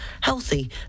healthy